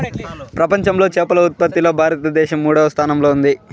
ప్రపంచంలో చేపల ఉత్పత్తిలో భారతదేశం మూడవ స్థానంలో ఉంది